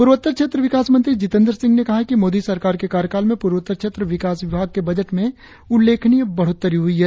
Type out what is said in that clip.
पूर्वोत्तर क्षेत्र विकास मंत्री जितेंद्र सिंह ने कहा है कि मोदी सरकार के कार्यकाल में पूर्वोत्तर क्षेत्र विकास विभाग के बजट में उल्लेखनीय बढ़ोत्तरी हुई है